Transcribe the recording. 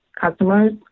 customers